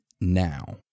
now